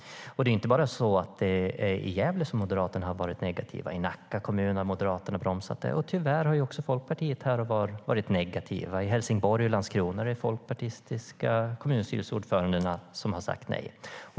Det är inte bara i Gävle som Moderaterna har varit negativa. Också i Nacka kommun har Moderaterna bromsat. Tyvärr har även Folkpartiet varit negativa här och var. I Helsingborg och Landskrona har de folkpartistiska kommunstyrelseordförandena sagt nej.